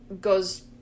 goes